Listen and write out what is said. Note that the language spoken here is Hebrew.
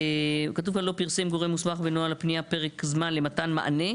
כתוב כאן "לא פרסם גורם מוסמך בנוהל הפנייה פרק זמן למתן מענה",